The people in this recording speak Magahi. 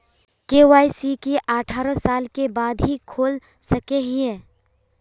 के.वाई.सी की अठारह साल के बाद ही खोल सके हिये?